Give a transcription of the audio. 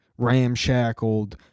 ramshackled